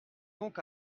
donc